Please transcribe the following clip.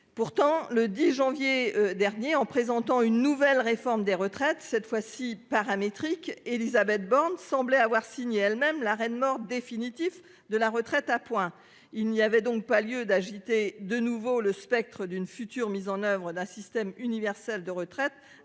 présentant le 10 janvier dernier une nouvelle réforme des retraites, cette fois-ci paramétrique, Élisabeth Borne semblait avoir signé elle-même l'arrêt de mort définitif de la retraite par points. Il n'y avait donc pas lieu d'agiter de nouveau le spectre d'une future mise en oeuvre d'un système universel de retraite